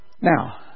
Now